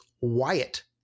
Wyatt